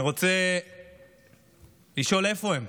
אני רוצה לשאול: איפה הם?